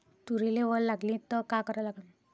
तुरीले वल लागली त का करा लागन?